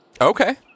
Okay